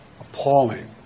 appalling